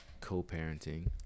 co-parenting